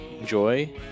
Enjoy